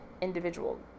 individual